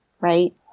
right